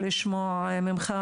נכנס